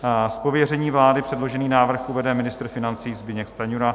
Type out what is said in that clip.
Z pověření vlády předložený návrh uvede ministr financí Zbyněk Stanjura.